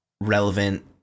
relevant